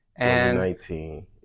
2019